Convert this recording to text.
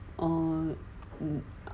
oo